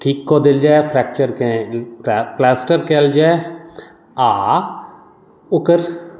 ठीक कऽ देल जाय फ्रैक्चरके प्लास्टर कयल जाय आ ओकर